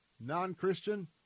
Non-Christian